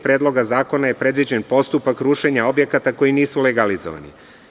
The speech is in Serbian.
Predloga zakona predviđen je postupak rušenja objekata koji nisu legalizovani.